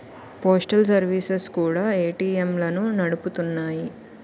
postal services కూడా ఏటీఎంలను నడుపుతున్నాయి